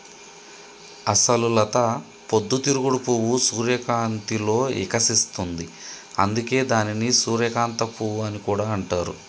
అసలు లత పొద్దు తిరుగుడు పువ్వు సూర్యకాంతిలో ఇకసిస్తుంది, అందుకే దానిని సూర్యకాంత పువ్వు అని కూడా అంటారు